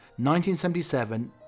1977